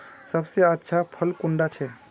सबसे अच्छा फुल कुंडा छै?